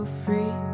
free